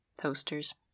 Toasters